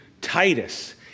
Titus